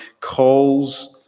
calls